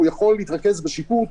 והוא יכול להתרכז בשיפוט,